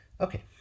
Okay